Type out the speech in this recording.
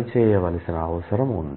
పని చేయవలసిన అవసరం ఉంది